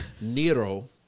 Nero